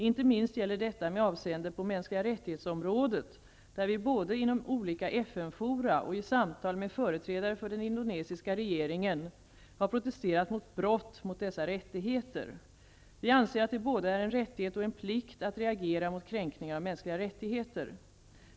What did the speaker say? Inte minst gäller detta med avseende på MR området där vi, både inom olika FN-fora och i samtal med företrädare för den indonesiska regeringen, har protesterat mot brott mot dessa rättigheter. Vi anser att det både är en rättighet och en plikt att reagera mot kränkningar av mänskliga rättigheter.